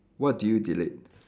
what do you delete